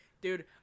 dude